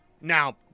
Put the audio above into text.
Now